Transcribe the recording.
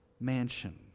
mansion